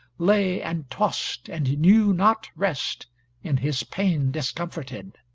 lay, and tossed, and knew not rest in his pain discomforted.